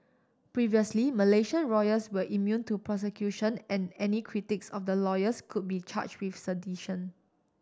previously Malaysian royals were immune to prosecution and any critics of the loyals could be charge with sedition